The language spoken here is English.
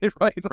right